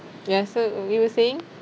ya so we were saying